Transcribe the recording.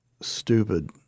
stupid